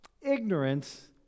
ignorance